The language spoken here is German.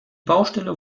baustelle